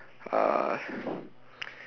uh